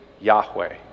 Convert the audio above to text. Yahweh